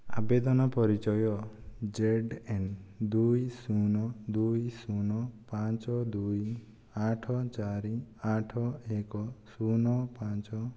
ଆବେଦନ ପରିଚୟ Z N ଦୁଇ ଶୂନ ଦୁଇ ଶୂନ ପାଞ୍ଚ ଦୁଇ ଆଠ ଚାରି ଆଠ ଏକ ଶୂନ ପାଞ୍ଚ